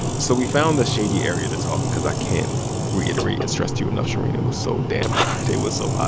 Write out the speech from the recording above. so we found this shady area to talk because i can't reiterate and stress to you enough, shereen, it was so damn ah hot. it was so hot.